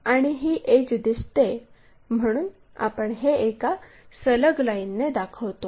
आणि ही एड्ज दिसते म्हणून आपण हे एका सलग लाईनने दाखवतो